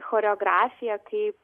choreografija kaip